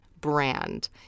brand